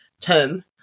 term